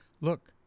Look